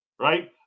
right